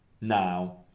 now